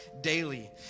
daily